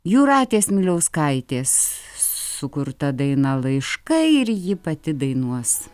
jūratės miliauskaitės sukurta daina laiškai ir ji pati dainuos